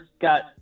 got